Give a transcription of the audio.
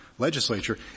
legislature